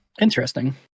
Interesting